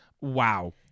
Wow